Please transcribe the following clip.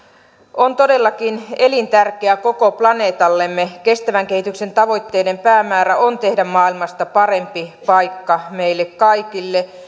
on todellakin elintärkeä koko planeetallemme kestävän kehityksen tavoitteiden päämäärä on tehdä maailmasta parempi paikka meille kaikille